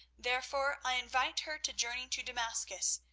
therefore i invite her to journey to damascus,